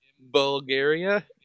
Bulgaria